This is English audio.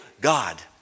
God